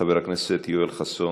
חבר הכנסת יואל חסון,